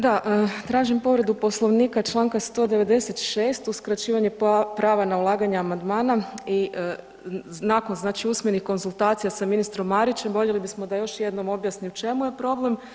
Da, tražim povredu Poslovnika čl. 196., uskraćivanje prava na ulaganje amandmana i .../nerazumljivo/... znači usmenih konzultacija sa ministrom Marićem, voljeli bismo da još jednom objasne u čemu je problem,